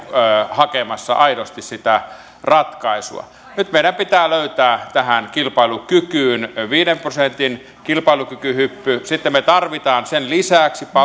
hakemassa aidosti sitä ratkaisua nyt meidän pitää löytää tähän kilpailukykyyn viiden prosentin kilpailukykyhyppy sitten me tarvitsemme sen lisäksi